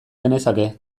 genezake